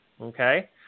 okay